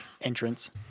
entrance